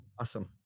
Awesome